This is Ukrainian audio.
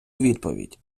відповідь